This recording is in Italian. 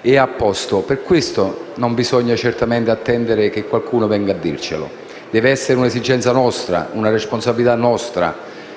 e a posto e, per far questo, non bisogna certamente attendere che qualcuno venga a dircelo: deve essere un'esigenza nostra, una responsabilità nostra.